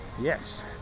Yes